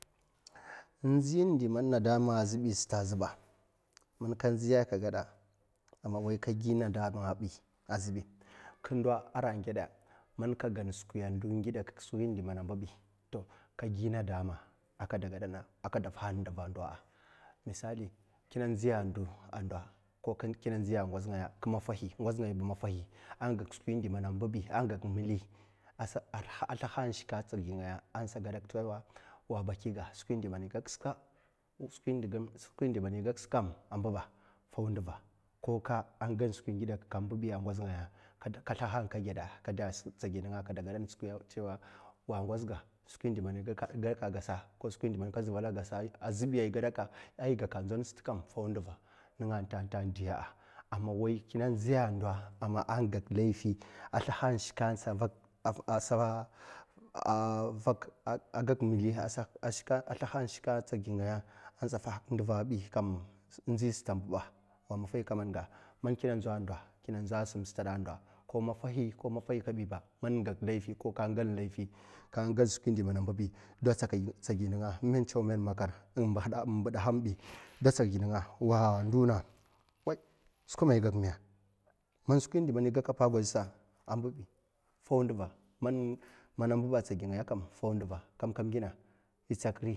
Inb nzi din nadama zhebi sata a' zheba man ka nziya a' ka geda a' man ka nziya ka geda man ka fi nadama a' zhebi a' ra geda man ka gan skwiya a' ngidakeka skwi a' man a' mbibi ka gi nadama a' kade gadana a' kade fahan nduva misali indziya a ndo ko kiuna ndziya a ngoz nagaya mana mbibi a' slaha'a, shika a' tsege ngaya a' gedaka a' gaka a' mon skam faw nduva ninga tanfanta, diya a' man kina nziya ndo a' man a' gak meli a sliha a shika a' vak a' shin a tsigi ngaya vak finduva bi kam in nda sata ar mbibi wa maffahi kar mamga ma kina nza a' ndo kina nzowa a' sam stad a ndo ko maffahi ko maffahi ko biba man gak meli koka gan meli ba ko gan skwi indi mona mbibi ba do a tsig ninga'a, in men tsaw ko mman makar in mbidaha m'mbibi wa douna wai skwa me ai gak me man skwi di man a' gaka a' pagwazh sa a' mbibi founduva, mana mbiba a' tsigi ngaya kam, kam, kam ngina.